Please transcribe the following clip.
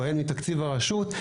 או הן מתקציב הרשות,